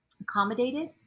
accommodated